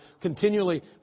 continually